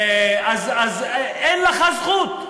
אין לך זכות,